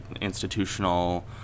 institutional